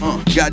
Got